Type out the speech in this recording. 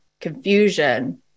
confusion